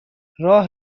راه